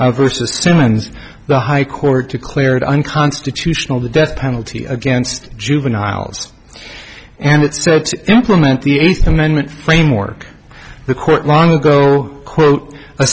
out versus simmons the high court declared unconstitutional the death penalty against juveniles and it's implement the eighth amendment framework the court long ago quote